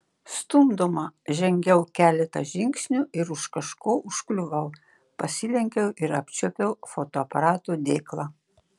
stumdoma žengiau keletą žingsnių ir už kažko užkliuvau pasilenkiau ir apčiuopiau fotoaparato dėklą